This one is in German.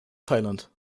thailand